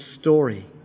story